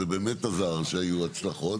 זה באמת עזר כשהיו הצלחות.